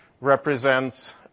represents